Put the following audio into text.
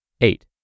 Eight